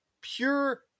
pure